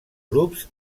grups